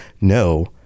No